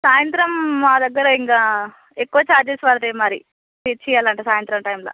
సాయంత్రం మా దగ్గర ఇంకా ఎక్కువ ఛార్జెస్ పడతాయి మరి తెచ్చివ్వాలంటే సాయంత్రం టైమ్లో